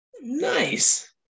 Nice